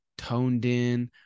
TonedIn